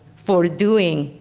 for doing,